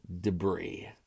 debris